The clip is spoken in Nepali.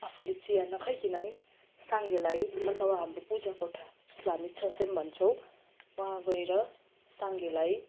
आफूले चिया नखाईकनै साङ्गेलाई अथवा हाम्रो पूजा कोठा जसलाई हामी छ्योसेम भन्छौँ वहाँ गएर साङ्गेलाई